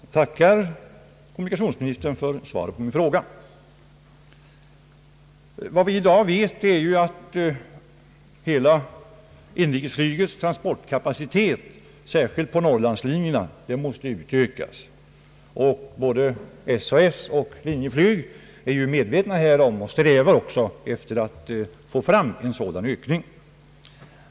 Herr talman! Jag tackar kommunikationsministern för svaret på min fråga. Vad vi i dag vet är ju att hela inrikesflygets transportkapacitet, särskilt på norrlandslinjerna, måste utökas. Både SAS och Linjeflyg är ju medvetna härom och strävar också efter en sådan ökning.